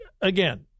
Again